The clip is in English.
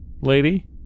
lady